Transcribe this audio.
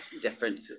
different